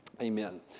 Amen